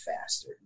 faster